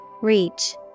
Reach